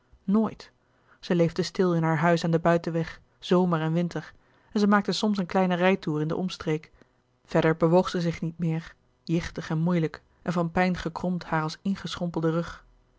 nooit zij leefde stil in haar huis aan den buitenweg zomer en winter en zij maakte soms een louis couperus de boeken der kleine zielen kleinen rijtoer in den omstreek verder bewoog zij zich niet meer jichtig en moeilijk en van pijn gekromd haar als ingeschrompelde rug